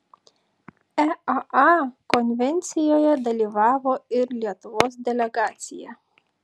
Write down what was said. eaa konvencijoje dalyvavo ir lietuvos delegacija